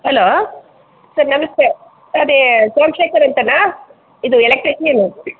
hello sir ನಮಸ್ತೆ ಅದೇ ಸೋಮಶೇಖರ ಅಂತನೇ ಇದು ಎಲೆಕ್ಟ್ರಿಷಿಯನ್